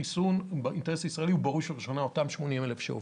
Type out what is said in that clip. לחיסון של אותם 80,000,